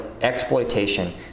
exploitation